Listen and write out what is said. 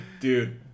Dude